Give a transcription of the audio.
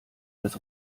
als